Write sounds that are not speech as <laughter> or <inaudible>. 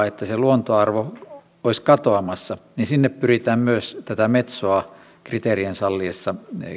<unintelligible> että se luontoarvo olisi katoamassa pyritään myös tätä metsoa kriteerien salliessa